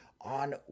On